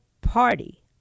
party